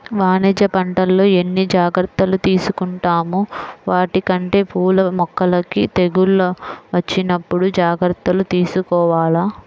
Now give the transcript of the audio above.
వాణిజ్య పంటల్లో ఎన్ని జాగర్తలు తీసుకుంటామో వాటికంటే పూల మొక్కలకి తెగుళ్ళు వచ్చినప్పుడు జాగర్తలు తీసుకోవాల